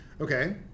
Okay